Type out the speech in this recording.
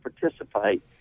participate